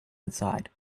inside